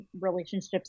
relationships